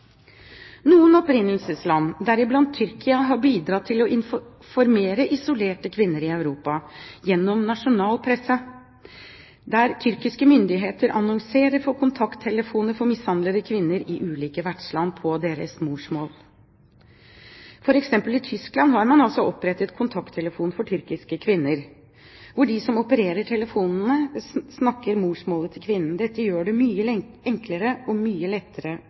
Noen opprinnelsesland, deriblant Tyrkia, har bidratt til å informere isolerte kvinner i Europa gjennom nasjonal presse, der tyrkiske myndigheter annonserer for kontakttelefoner for mishandlede kvinner i ulike vertsland på deres morsmål. For eksempel i Tyskland har man opprettet kontakttelefon for tyrkiske kvinner, hvor de som opererer telefonene, snakker morsmålet til kvinnen. Dette gjør det mye enklere og mye lettere